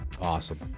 Awesome